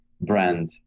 brand